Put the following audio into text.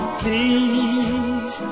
please